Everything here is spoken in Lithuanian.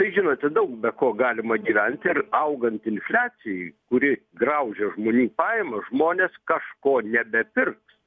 tai žinote daug be ko galima gyventi ir augant infliacijai kuri graužia žmonių pajamas žmonės kažko nebepirks